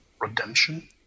Redemption